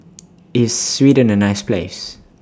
IS Sweden A nice Place